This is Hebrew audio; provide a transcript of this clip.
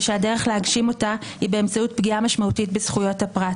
ושהדרך להגשים אותה היא באמצעות פגיעה משמעותית בזכויות הפרט.